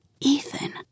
Ethan